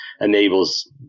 enables